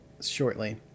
shortly